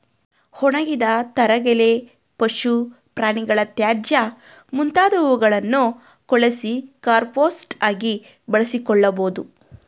ಒಣಗಿದ ತರಗೆಲೆ, ಪಶು ಪ್ರಾಣಿಗಳ ತ್ಯಾಜ್ಯ ಮುಂತಾದವುಗಳನ್ನು ಕೊಳಸಿ ಕಾಂಪೋಸ್ಟ್ ಆಗಿ ಬಳಸಿಕೊಳ್ಳಬೋದು